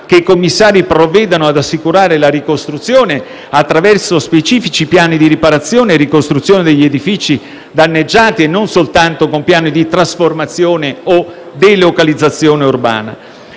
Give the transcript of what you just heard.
che i commissari provvedano ad assicurare la ricostruzione attraverso specifici piani di riparazione e ricostruzione degli edifici danneggiati e non soltanto con piani di trasformazione e delocalizzazione urbana.